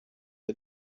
the